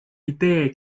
idee